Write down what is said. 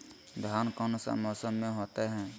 धान कौन सा मौसम में होते है?